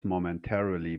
momentarily